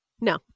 No